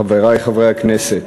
חברי חברי הכנסת,